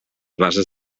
bases